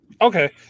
Okay